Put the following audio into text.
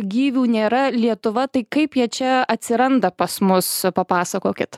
gyvių nėra lietuva tai kaip jie čia atsiranda pas mus papasakokit